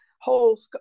whole